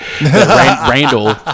Randall